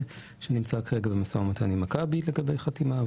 בנמצא כרגע במשא ומתן עם מכבי לגבי חתימה,